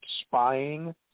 spying